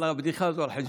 אבל הבדיחה הזו על חשבוני.